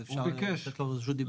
אז אפשר לתת לו רשות דיבור?